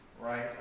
right